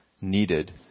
needed